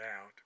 out